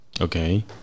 Okay